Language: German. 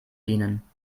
bienen